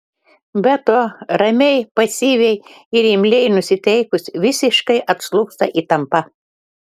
be to ramiai pasyviai ir imliai nusiteikus visiškai atslūgsta įtampa